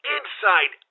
Inside